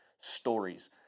stories